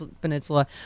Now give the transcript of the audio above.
Peninsula